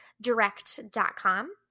direct.com